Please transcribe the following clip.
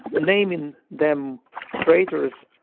naming them traitors,